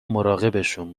مراقبشون